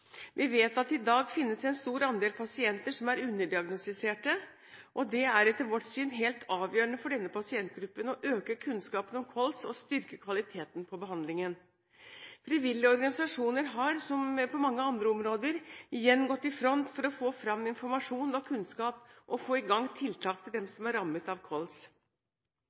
Vi vet at det i dag finnes en stor andel pasienter som er underdiagnostiserte. Det er etter vårt syn helt avgjørende for denne pasientgruppen å øke kunnskapen om kols og styrke kvaliteten på behandlingen. Frivillige organisasjoner har, som på mange andre områder, igjen gått i front for å få fram informasjon og kunnskap og få i gang tiltak til dem som er rammet av